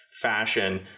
fashion